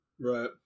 Right